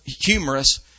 humorous